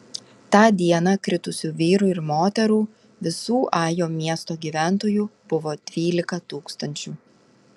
tą dieną kritusių vyrų ir moterų visų ajo miesto gyventojų buvo dvylika tūkstančių